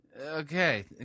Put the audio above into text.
Okay